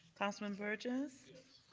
councilman burgess. yes.